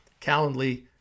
Calendly